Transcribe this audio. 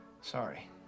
sorry